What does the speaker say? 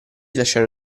lasciare